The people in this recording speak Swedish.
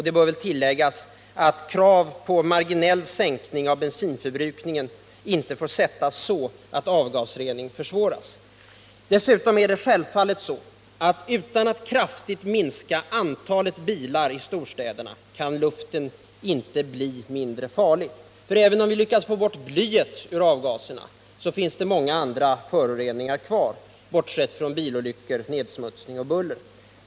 Det bör tilläggas att krav på en marginell sänkning av bensinförbrukningen inte får sättas så, att avgasreningen försvåras. Självfallet är det dessutom så att luften inte kan bli mindre farlig, om man inte också kraftigt minskar antalet bilar i storstäderna. Även om vi lyckas få bort blyet ur avgaserna, så finns det många andra föroreningar kvar—jag bortser här ifrån andra problem såsom trafikolyckor, nedsmutsning och buller.